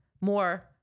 more